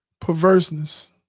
perverseness